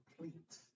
complete